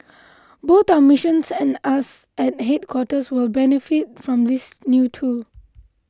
both our missions and us at headquarters will benefit from this new tool